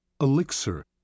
elixir